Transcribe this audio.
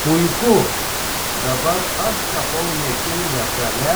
puiku dabar aš tapau niekinga kale